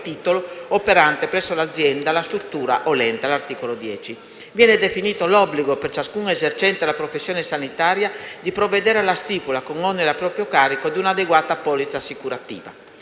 titolo operante presso l'azienda, la struttura o l'ente (articolo 10). Viene definito l'obbligo per ciascun esercente la professione sanitaria di provvedere alla stipula, con oneri a proprio carico di un'adeguata polizza assicurativa,